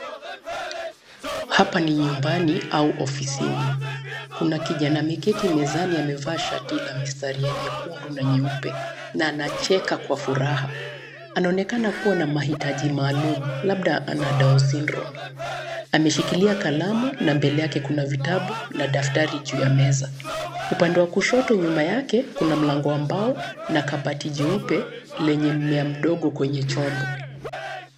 Hapa ni nyumbani au ofisini. Kuna kijana ameketi mezani amevaa shati la mistari ya nyekundu na nyeupe, na anacheka kwa furaha. Anaonekana kuwa na mahitaji maalum, labda ana Down Syndrome . Ameshikilia kalamu, na mbele yake kuna vitabu, na daftari juu ya meza. Upande wa kushoto nyuma yake, kuna mlango wa mbao, na kabati jeupe, lenye mmea mdogo kwenye chombo.